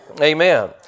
Amen